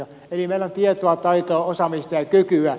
eli meillä on tietoa taitoa osaamista ja kykyä